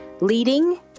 leading